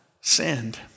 sinned